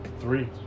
three